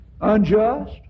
unjust